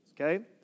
Okay